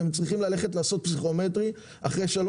והם צריכים ללכת לעשות פסיכומטרי אחרי 3